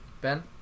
Ben